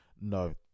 No